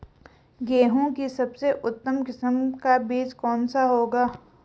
गेहूँ की सबसे उत्तम किस्म का बीज कौन सा होगा?